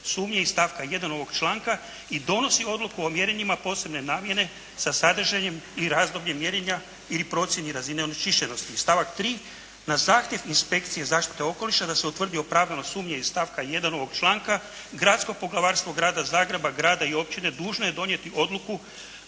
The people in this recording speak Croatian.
sumnje iz stavka 1. ovog članka i donosi odluku o mjerenjima posebne namjene sa sadržajem i razdobljem mjerenja ili procjeni razine onečišćenosti. Stavak 3. Na zahtjev inspekcije zaštite okoliša da se utvrdi opravdanost sumnje iz stavka 1. ovog članka Gradsko poglavarstvo Grada Zagreba, grada i općine dužna je donijeti odluku